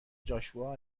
جاشوا